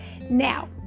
Now